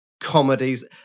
comedies